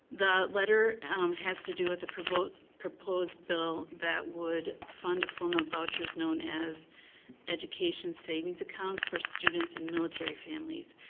the letter has to do with the proposed proposed bill that would fund the form of vouchers known as education savings accounts for students and military families.